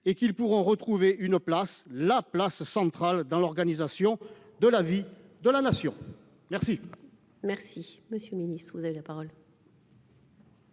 et qu'ils pourront retrouver une place centrale dans l'organisation de la vie de la Nation ?